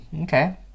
Okay